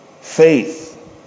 faith